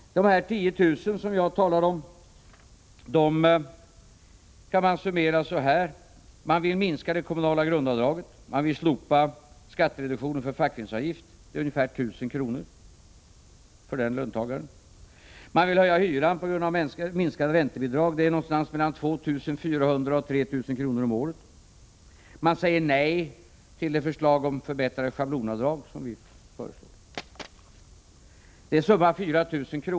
De här 10 000 kronorna som jag talar om kan summeras på föjande sätt: Ni vill minska det kommunala grundavdraget och slopa skattereduktionen för fackföreningsavgift. Det är ungefär 1 000 kr. för den löntagaren. Ni vill höja hyran — det är alltså följden av minskade räntebidrag — med någonstans mellan 2 400 och 3 000 kr. om året. Ni säger nej till vårt förslag om förbättrat schablonavdrag. Det är dessutom 4 000 kr.